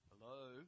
Hello